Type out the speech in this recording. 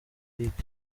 lick